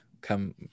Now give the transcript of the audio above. come